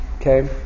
okay